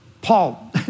Paul